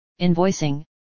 invoicing